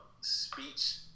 speech